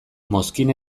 mozkin